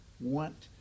want